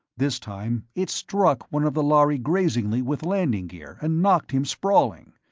this time it struck one of the lhari grazingly with landing gear and knocked him sprawling.